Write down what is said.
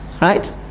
Right